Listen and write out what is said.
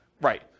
Right